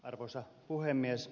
arvoisa puhemies